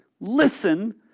Listen